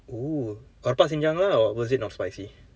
oo உரைப்பா செய்தாங்களா:uraippaa seythaankalaa or was it not spicy